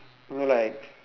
no like